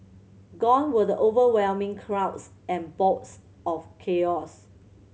gone were the overwhelming crowds and bouts of chaos